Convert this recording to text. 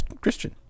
Christian